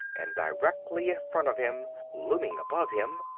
and directly in front of him, looming above him,